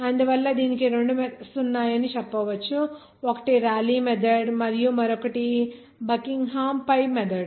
అందువల్ల దీనికి రెండు మెథడ్స్ ఉన్నాయని చెప్పాను ఒకటి రాలీ మెథడ్ మరియు మరొకటి బకింగ్హామ్ pi మెథడ్